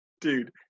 Dude